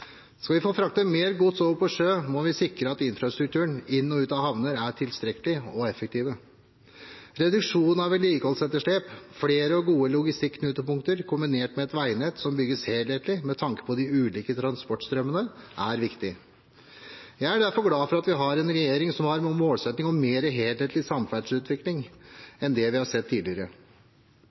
Skal vi få fraktet mere gods på sjø, må vi sikre at infrastrukturen inn og ut av havner er tilstrekkelig og effektiv. Reduksjon av vedlikeholdsetterslep, flere og gode logistikknutepunkter kombinert med et veinett som bygges helhetlig med tanke på de ulike transportstrømmene, er viktig. Jeg er derfor glad for at vi har en regjering som har en målsetting om mer helhetlig samferdselsutvikling enn det vi har sett tidligere.